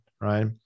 right